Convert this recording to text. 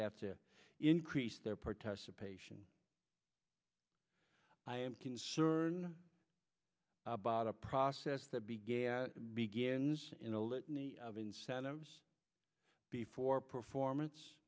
have to increase their participation i am concern about a process that began begins in a litany of incentives before performance